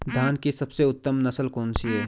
धान की सबसे उत्तम नस्ल कौन सी है?